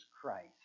Christ